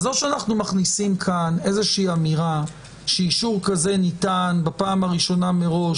אז או שאנחנו מכניסים כאן אמירה שאישור כזה ניתן בפעם הראשונה מראש,